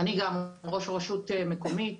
אני ראש רשות מקומית,